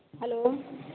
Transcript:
hello